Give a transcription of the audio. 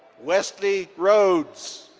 wesley rhodes.